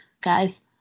guys